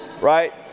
right